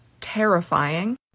terrifying